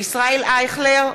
ישראל אייכלר,